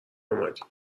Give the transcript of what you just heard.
اومدیم